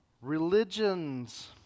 Religions